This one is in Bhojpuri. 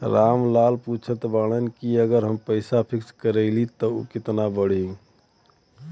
राम लाल पूछत बड़न की अगर हम पैसा फिक्स करीला त ऊ कितना बड़ी?